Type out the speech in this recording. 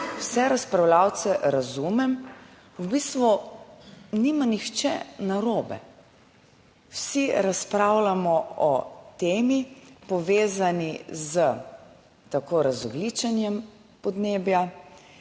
Vse razpravljavce razumem, v bistvu nima nihče narobe, vsi razpravljamo o temi povezani s tako razogljičenjem podnebja,